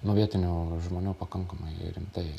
nu vietinių žmonių pakankamai rimtai